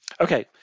Okay